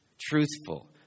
Truthful